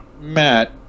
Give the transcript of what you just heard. Matt